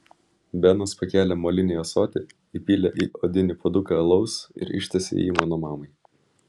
benas pakėlė molinį ąsotį įpylė į odinį puoduką alaus ir ištiesė jį mano mamai